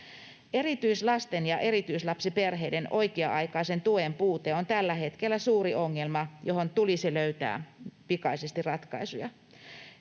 Erityislasten ja erityislapsiperheiden oikea-aikaisen tuen puute on tällä hetkellä suuri ongelma, johon tulisi löytää pikaisesti ratkaisuja.